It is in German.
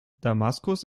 damaskus